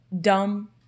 dumb